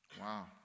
Wow